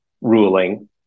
ruling